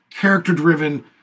character-driven